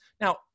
Now